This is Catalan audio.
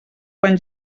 quan